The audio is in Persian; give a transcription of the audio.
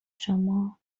شما